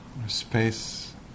space